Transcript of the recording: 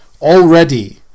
already